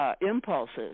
impulses